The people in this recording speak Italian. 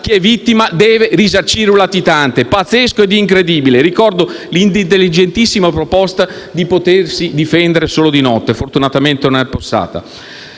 che una vittima debba risarcire un latitante: pazzesco ed incredibile. Ricordo l'"intelligentissima" proposta di potersi difendere solo di notte, che fortunatamente non è passata.